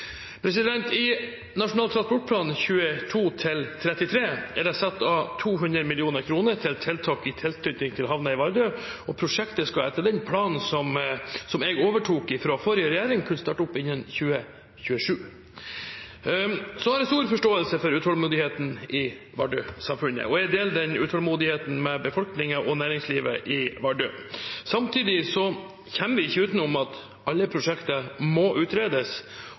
I Nasjonal transportplan 2022–2033 er det satt av 200 mill. kr til tiltak i tilknytning til havnen i Vardø, og prosjektet skal etter den planen som jeg overtok fra forrige regjering, kunne starte opp innen 2027. Jeg har stor forståelse for utålmodigheten i Vardø-samfunnet, og jeg deler den utålmodigheten med befolkningen og næringslivet i Vardø. Samtidig kommer vi ikke utenom at alle prosjekter må utredes